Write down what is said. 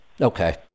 Okay